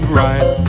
right